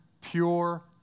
pure